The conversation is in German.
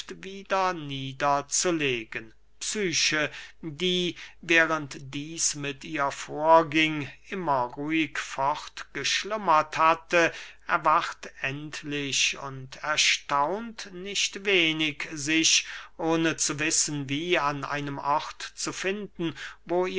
wieder nieder zu legen psyche die während dieß mit ihr vorging immer ruhig fortgeschlummert hatte erwacht endlich und erstaunt nicht wenig sich ohne zu wissen wie an einem ort zu finden wo